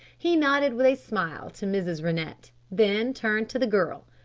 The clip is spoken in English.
he nodded with a smile to mrs. rennett, then turned to the girl.